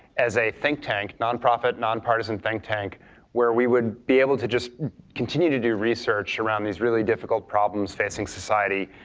as a think tank, nonprofit, nonpartisan think tank where we would be able to just continue to do research around these really difficult problems facing society.